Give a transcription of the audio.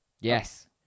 Yes